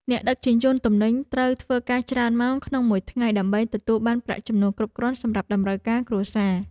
អ្នកដឹកជញ្ជូនទំនិញត្រូវធ្វើការច្រើនម៉ោងក្នុងមួយថ្ងៃ ដើម្បីទទួលបានប្រាក់ចំណូលគ្រប់គ្រាន់សម្រាប់តម្រូវការគ្រួសារ។